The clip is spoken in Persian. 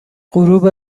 غروب